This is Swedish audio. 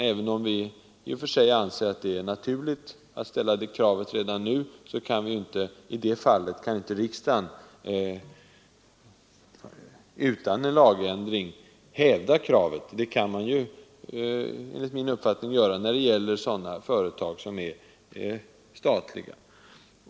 Även om vi i och för sig anser det naturligt att kräva detta redan nu, kan riksdagen ju inte i det fallet utan en lagändring hävda kravet, men det kan den enligt min uppfattning göra när det gäller sådana företag som är statliga.